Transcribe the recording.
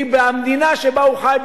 כי במדינה שבה הוא חי,